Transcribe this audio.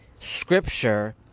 scripture